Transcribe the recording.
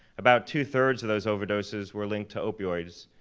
about two-thirds of those overdoses were linked to opioids,